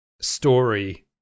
story